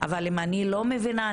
אבל אם אני לא מבינה,